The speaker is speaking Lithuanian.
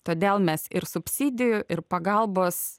todėl mes ir subsidijų ir pagalbos